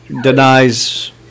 denies